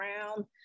Brown